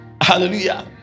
Hallelujah